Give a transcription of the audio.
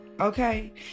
Okay